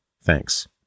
Thanks